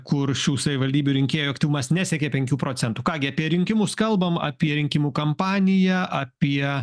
kur šių savivaldybių rinkėjų aktyvumas nesiekė penkių procentų ką gi apie rinkimus kalbam apie rinkimų kampaniją apie